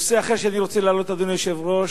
נושא אחר שאני רוצה להעלות, אדוני היושב-ראש: